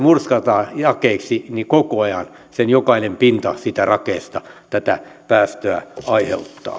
murskataan jakeiksi niin koko ajan sen jokainen pinta siitä rakeesta tätä päästöä aiheuttaa